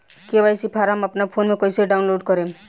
KYC form अपना phone मे कइसे डाऊनलोड करेम?